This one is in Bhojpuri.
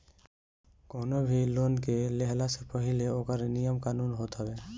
कवनो भी लोन के लेहला से पहिले ओकर नियम कानून होत हवे